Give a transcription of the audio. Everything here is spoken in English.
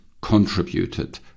contributed